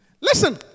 Listen